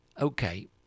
okay